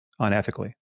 unethically